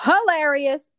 Hilarious